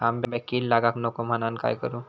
आंब्यक कीड लागाक नको म्हनान काय करू?